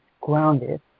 grounded